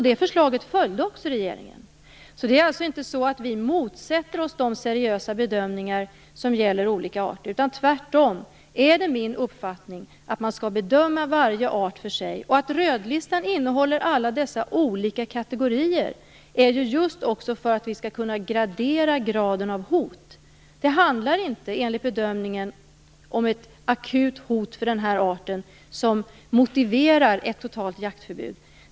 Det förslaget följde också regeringen. Det är alltså inte så att vi motsätter oss de seriösa bedömningar som gäller olika arter. Tvärtom är det min uppfattning att man skall bedöma varje art för sig. Rödlistan innehåller ju alla dessa olika kategorier just för att vi skall kunna uppskatta graden av hot. Det handlar inte enligt bedömningen om ett akut hot för den här arten som motiverar ett totalt jaktförbud.